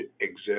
exist